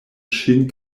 ŝin